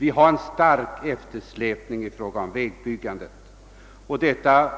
Vi har en stark eftersläpning i fråga om vägbyggandet, och detta